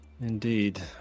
indeed